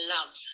love